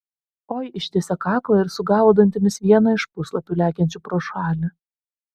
oi ištiesė kaklą ir sugavo dantimis vieną iš puslapių lekiančių pro šalį